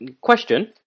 Question